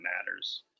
matters